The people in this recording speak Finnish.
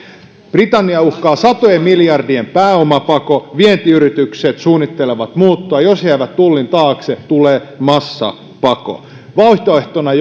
britanniaa uhkaa satojen miljardien pääomapako vientiyritykset suunnittelevat muuttoa jos ne jäävät tullin taakse tulee massapako vaihtoehtona